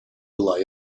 была